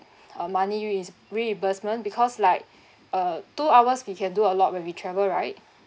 uh money re~ reimbursement because like uh two hours we can do a lot when we travel right